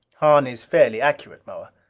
hahn is fairly accurate, moa.